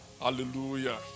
Hallelujah